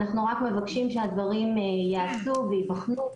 אנחנו רק מבקשים שהדברים יעשו וייבחנו.